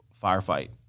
firefight